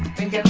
think